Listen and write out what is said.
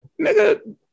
nigga